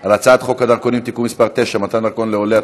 על הצעת חוק הדרכונים (תיקון מס' 9) (מתן דרכון לעולה),